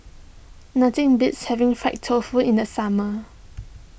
Nothing beats having Fried Tofu in the summer